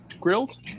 grilled